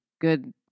good